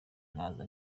nkaza